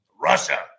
Russia